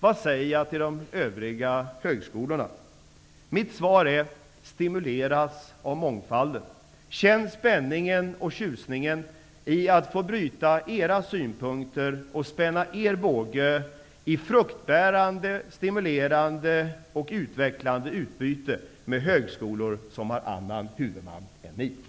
Vad säger jag till de övriga högskolorna? Mitt svar är: Stimuleras av mångfalden! Känn spänningen och tjusningen i att få bryta era synpunkter och få spänna er båge i fruktbärande, stimulerande och utvecklande utbyte med högskolor som har annan huvudman än ni!